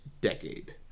Decade